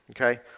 Okay